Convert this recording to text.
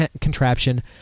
contraption